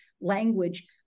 language